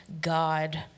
God